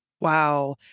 Wow